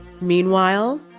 Meanwhile